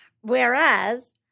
whereas